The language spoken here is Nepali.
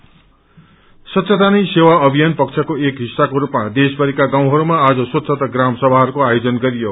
ग्राम सभा स्वच्छता नै सेवा अभियान पक्षको एक हिस्साको रूपमा देशभरिका गाउँहरूमा आज स्वच्छता ग्राम सभाहरूको आयोजन गरियो